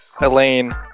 Elaine